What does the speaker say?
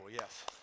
yes